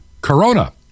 Corona